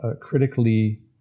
critically